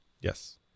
Yes